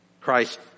Christ